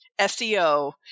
SEO